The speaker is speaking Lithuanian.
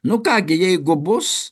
nu ką gi jeigu bus